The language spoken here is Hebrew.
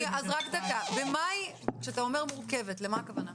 למה הכוונה כשאתה אומר: "מורכבת"?